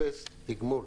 אפס תגמול.